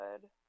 good